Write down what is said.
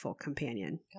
companion